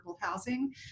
housing